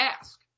ask